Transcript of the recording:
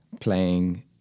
playing